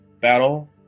Battle